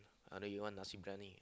other you want nasi briyani